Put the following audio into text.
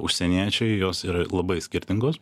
užsieniečiai jos yra labai skirtingos